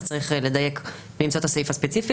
אז צריך לדייק ולמצוא את העיף הספציפי.